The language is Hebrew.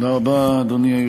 אדוני.